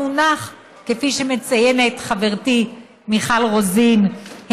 כפי שמציינת חברתי מיכל רוזין,